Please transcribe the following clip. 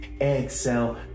Exhale